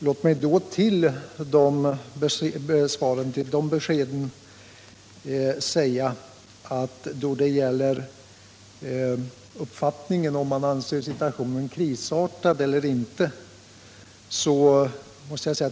Låt mig då säga några ord till dessa besked.